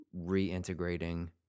reintegrating